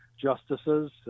justices